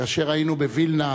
כאשר היינו בווילנה,